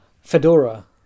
Fedora